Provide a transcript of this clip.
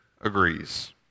agrees